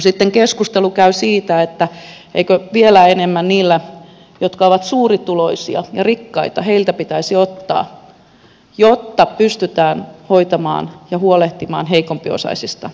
sitten keskustelu käy siitä eikö vielä enemmän niiltä jotka ovat suurituloisia ja rikkaita pitäisi ottaa jotta pystytään hoitamaan ja huolehtimaan heikompiosaisista